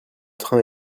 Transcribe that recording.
train